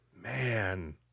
Man